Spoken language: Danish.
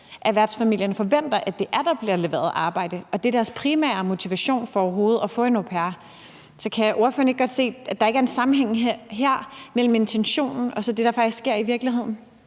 Værtsfamilierne forventer, at der bliver leveret noget arbejde. Det er deres primære motivation for overhovedet at få en au pair. Så kan ordføreren ikke godt se, at der ikke er en sammenhæng her mellem intentionen og det, der faktisk sker i virkeligheden?